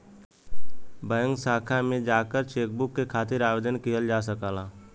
bank शाखा में जाकर चेकबुक के खातिर आवेदन किहल जा सकला